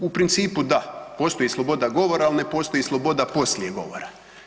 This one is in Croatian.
U principu da, postoji sloboda govora, ali ne postoji sloboda poslije govora.